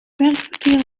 werkverkeer